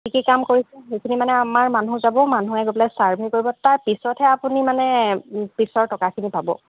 কি কি কাম কৰিছে সেইখিনি মানে আমাৰ মানুহ যাব মানুহে গৈ পেলাই ছাৰ্ভে কৰিব তাৰপিছতহে আপুনি মানে পিছৰ টকাখিনি পাব